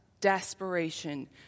desperation